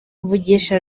mvugisha